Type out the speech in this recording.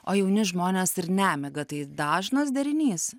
o jauni žmonės ir nemiga tai dažnas derinys